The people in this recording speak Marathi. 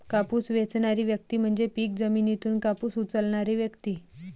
कापूस वेचणारी व्यक्ती म्हणजे पीक जमिनीतून कापूस उचलणारी व्यक्ती